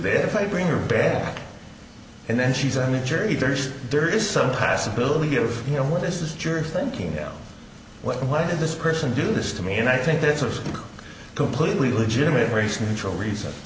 this if i bring her back and then she's on a jury there's there is some pass ability of you know where this is jury thinking you know what why did this person do this to me and i think that's a completely legitimate race neutral reason